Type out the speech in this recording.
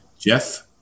Jeff